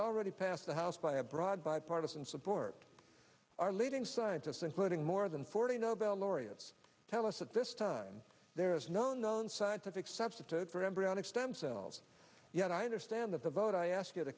already passed the house by a broad bipartisan support our leading scientists including more than forty nobel laureates tell us that this time there is no known scientific substitute for embryonic stem cells yet i understand that the vote i ask you t